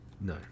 No